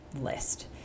list